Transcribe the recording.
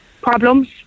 problems